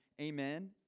Amen